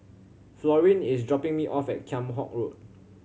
Florine is dropping me off at Kheam Hock Road